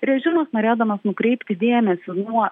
režimas norėdamas nukreipti dėmesį nuo